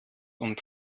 und